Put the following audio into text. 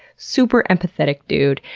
super empathetic dude,